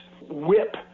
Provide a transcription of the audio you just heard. whip